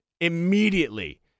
immediately